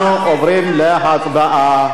אנחנו עוברים להצבעה.